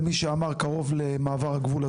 למי שאמר קרוב למעבר הגבול,